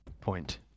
point